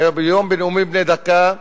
היום, בנאומים בני דקה,